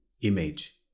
image